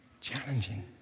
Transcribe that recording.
Challenging